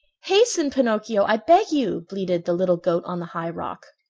hasten, pinocchio, i beg you! bleated the little goat on the high rock.